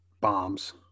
bombs